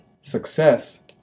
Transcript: Success